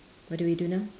what do we do now